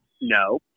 No